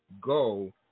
go